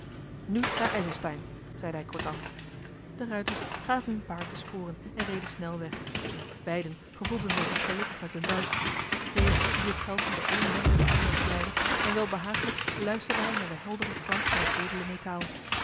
nu naar ijselstein zeide hij kortaf de ruiters gaven hun paard de sporen en reden snel weg beiden gevoelden zij zich gelukkig met hun buit peer liet het geld van de eene hand in de andere glijden en welbehaaglijk luisterde hij naar den helderen klank van het edele metaal